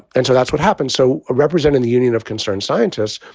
and so that's what happened. so representing the union of concerned scientists.